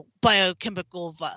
biochemical